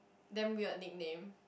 damn weird nickname